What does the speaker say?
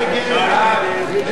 סעיף 44,